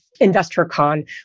InvestorCon